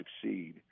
succeed